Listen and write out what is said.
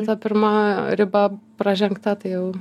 ta pirma riba praženkta tai jau